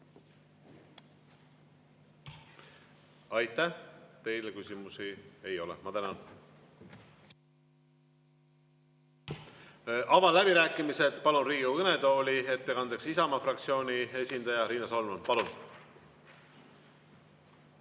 Aitäh! Teile küsimusi ei ole. Ma tänan. Avan läbirääkimised ja palun Riigikogu kõnetooli ettekandeks Isamaa fraktsiooni esindaja Riina Solmani. Palun!